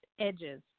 edges